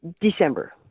December